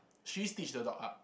she stitch the dog up